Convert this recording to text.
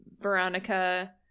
Veronica